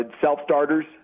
Self-starters